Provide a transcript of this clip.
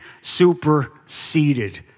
superseded